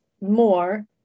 more